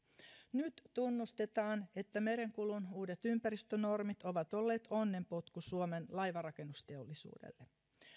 nyt tunnustetaan että merenkulun uudet ympäristönormit ovat olleet onnenpotku suomen laivanrakennusteollisuudelle